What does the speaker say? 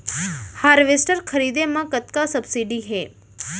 Harvester खरीदे म कतना सब्सिडी हे?